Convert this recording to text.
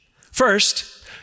First